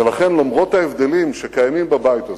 ולכן, למרות ההבדלים שקיימים בבית הזה,